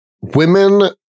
women